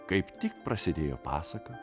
kaip tik prasidėjo pasaka